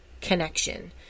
connection